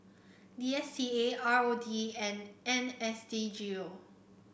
D S T A R O D and N S D G O